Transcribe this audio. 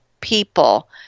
people